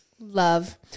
love